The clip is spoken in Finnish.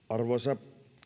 arvoisa